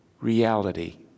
reality